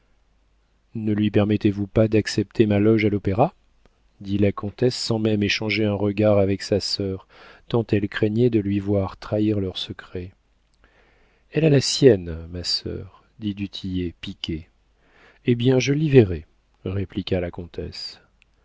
ne lui permettrez-vous pas d'accepter ma loge à l'opéra dit la comtesse sans même échanger un regard avec sa sœur tant elle craignait de lui voir trahir leur secret elle a la sienne ma sœur dit du tillet piqué eh bien je l'y verrai répliqua la comtesse